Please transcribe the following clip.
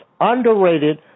underrated